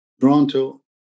Toronto